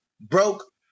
broke